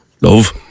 love